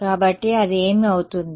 కాబట్టి అది ఏమి అవుతుంది